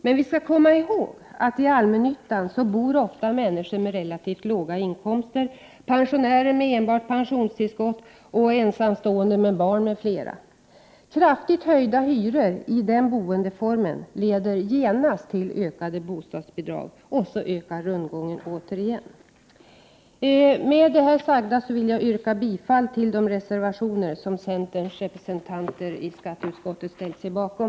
Men man skall komma ihåg att det i allmännyttan ofta bor människor med relativt låga inkomster — pensionärer med enbart pensionstillskott, ensamstående med barn, m.fl. Kraftigt höjda hyror i denna boendeform leder genast till ökade bostadsbidrag, och därmed ökar återigen rundgången. Med det anförda vill jag yrka bifall till de reservationer som centerns representanter i skatteutskottet har ställt sig bakom.